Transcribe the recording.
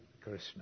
Christmas